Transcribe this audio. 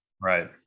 Right